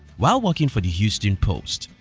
while working for the houston post,